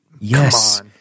Yes